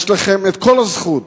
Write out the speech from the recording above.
יש לכם כל הזכות